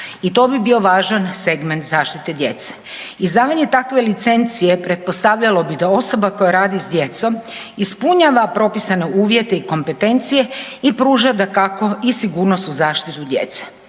i to bi bio važan segment zaštite djece. Izdavanje takve licencije pretpostavljalo bi da osoba koja radi s djecom ispunjava propisane uvjete i kompetencije i pruža dakako i sigurnost u zaštitu djece.